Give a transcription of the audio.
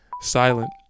silent